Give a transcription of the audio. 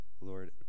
Lord